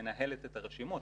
שמנהלת את הרשימות,